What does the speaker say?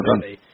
done